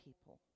people